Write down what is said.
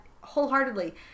wholeheartedly